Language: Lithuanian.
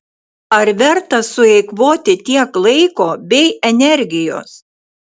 ar verta sueikvoti tiek laiko bei energijos